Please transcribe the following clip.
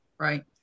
Right